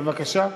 בבקשה.